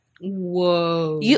Whoa